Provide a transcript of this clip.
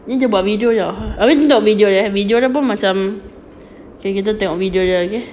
ni dia buat video jer [tau] abeh buat video jer eh video dia pun macam okay kita tengok video dia okay